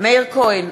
מאיר כהן,